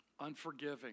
unforgiving